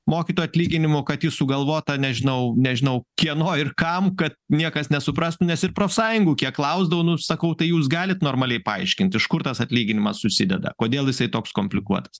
mokyto atlyginimų kad ji sugalvota nežinau nežinau kieno ir kam kad niekas nesuprastų nes ir profsąjungų kiek klausdavau nu sakau tai jūs galit normaliai paaiškint iš kur tas atlyginimas susideda kodėl jisai toks komplikuotas